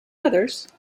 others